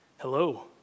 Hello